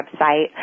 website